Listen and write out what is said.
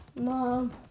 mom